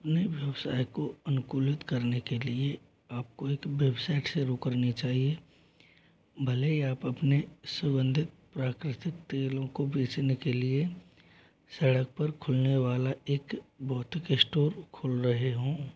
अपने व्यवसाय को अनुकूलित करने के लिए आपको एक बेबसाइट शुरू करनी चाहिए भले ही आप अपने सुगन्धित प्राकृतिक तेलों को बेचने के लिए सड़क पर खुलने वाला एक भौतिक इश्टोर खोल रहे हों